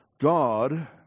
God